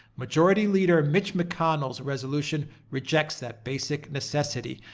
majority leader mitch mcconnell's resolution rejects that basic necessity.